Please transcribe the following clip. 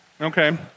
Okay